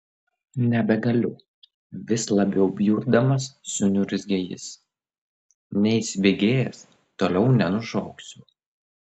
nebegaliu vis labiau bjurdamas suniurzgė jis neįsibėgėjęs toliau nenušoksiu